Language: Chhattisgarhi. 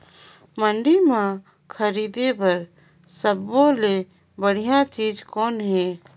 मंडी म खरीदे बर सब्बो ले बढ़िया चीज़ कौन हे?